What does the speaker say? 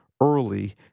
early